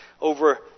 over